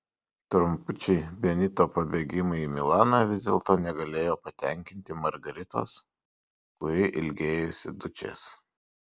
trumpučiai benito pabėgimai į milaną vis dėlto negalėjo patenkinti margaritos kuri ilgėjosi dučės